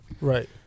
Right